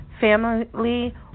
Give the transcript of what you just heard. family